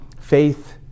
faith